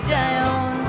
down